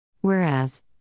Whereas